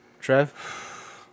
Trev